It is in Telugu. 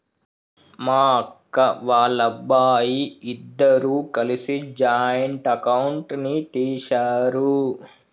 మా అక్క, వాళ్ళబ్బాయి ఇద్దరూ కలిసి జాయింట్ అకౌంట్ ని తీశారు